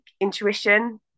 intuition